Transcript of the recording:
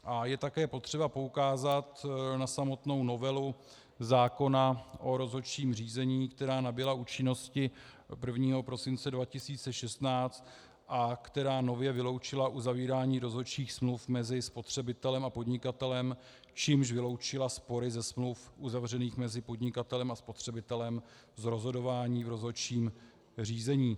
A je také potřeba poukázat na samotnou novelu zákona o rozhodčím řízení, která nabyla účinnosti od 1. prosince 2016 a která nově vyloučila uzavírání rozhodčích smluv mezi spotřebitelem a podnikatelem, čímž vyloučila spory ze smluv uzavřených mezi podnikatelem a spotřebitelem z rozhodování v rozhodčím řízení.